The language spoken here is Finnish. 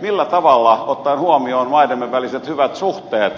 millä tavalla ottaen huomioon maidemme väliset hyvät suhteet